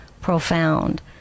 profound